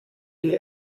die